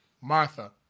Martha